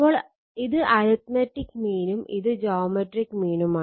അപ്പോൾ ഇത് അരിത്മെറ്റിക് മീനും